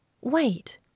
Wait